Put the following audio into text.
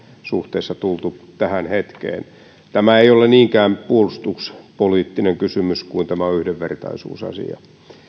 suhteessa tultu tähän hetkeen tämä ei ole niinkään puolustuspoliittinen kysymys kuin tämä on yhdenvertaisuusasia